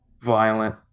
violent